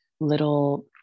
little